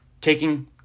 taking